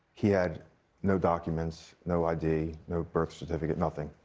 he had no documents, no id, no birth certificate, nothing.